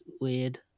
weird